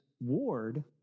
Ward